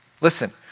listen